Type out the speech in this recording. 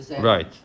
Right